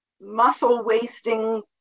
muscle-wasting